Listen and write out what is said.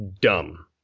dumb